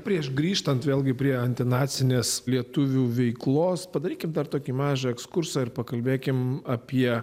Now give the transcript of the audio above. prieš grįžtant vėlgi prie antinacinės lietuvių veiklos padarykim dar tokį mažą ekskursą ir pakalbėkim apie